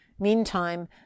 Meantime